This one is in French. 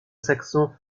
saxon